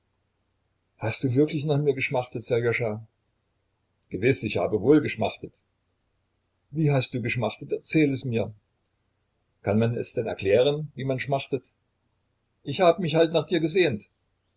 hast du wirklich nach mir geschmachtet sserjoscha gewiß ich habe wohl geschmachtet wie hast du geschmachtet erzähl es mir kann man es denn erklären wie man schmachtet ich habe mich halt nach dir gesehnt